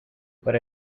what